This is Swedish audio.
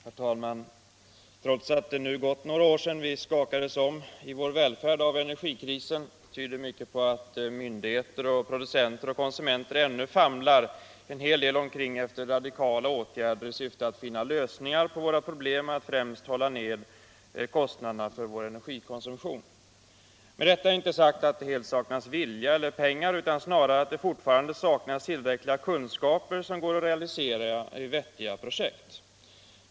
Herr talman! Trots att det nu gått några år sedan vi skakades om i vår välfärd av energikrisen tyder mycket på att myndigheter, producenter och konsumenter ännu famlar omkring en hel del efter radikala åtgärder i syfte att finna lösningar på problemet att främst hålla ned 147 kostnaderna för vår energikonsumtion. Med detta är det inte sagt att det helt saknas vilja eller pengar utan snarare att det fortfarande saknas tillräckliga kunskaper som går att realisera i vettiga projekt.